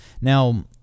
Now